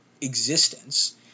existence